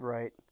Right